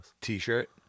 T-shirt